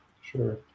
sure